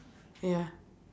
ya